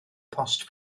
post